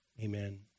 Amen